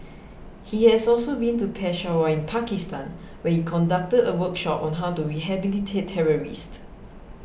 he has also been to Peshawar in Pakistan where he conducted a workshop on how to rehabilitate terrorists